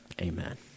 amen